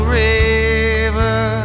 river